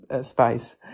spice